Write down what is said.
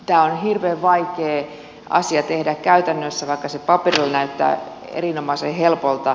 tämä on hirveän vaikea asia tehdä käytännössä vaikka se paperilla näyttää erinomaisen helpolta